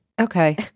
Okay